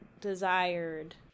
desired